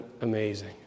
amazing